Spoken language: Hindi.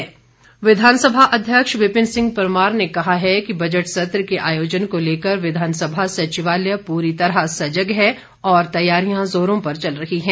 विपिन परमार विधानसभा अध्यक्ष विपिन सिंह परमार ने कहा है कि बजट सत्र के आयोजन को लेकर विधानसभा सचिवालय पूरी तरह सजग है और तैयारियां जोरों पर चल रही है